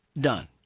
Done